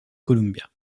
columbia